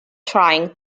trying